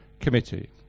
Committee